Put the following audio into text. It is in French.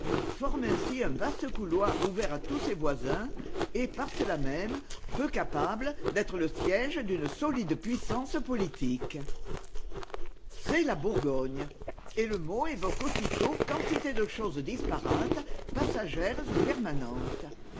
forme ainsi un vaste couloir ouvert à tous ses voisins et par cela même peu capable d'être le siège d'une solide puissance politique c'est la bourgogne et le mot évoque aussitôt quantité de choses disparates passagères ou permanentes